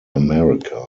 america